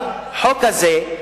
אבל החוק הזה,